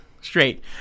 straight